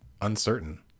uncertain